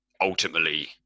ultimately